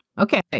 Okay